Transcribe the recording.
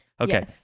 Okay